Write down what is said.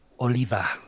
Oliva